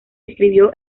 inscribió